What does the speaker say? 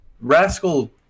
Rascal